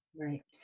Right